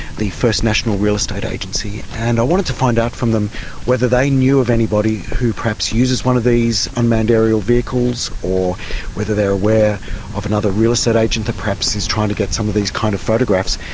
the first national real estate agency, and i wanted to find out from them whether they knew of anybody who perhaps uses one of these unmanned aerial vehicles or whether they're aware of another real estate agent that perhaps is trying to get some of these kind of photographs.